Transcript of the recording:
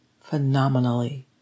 phenomenally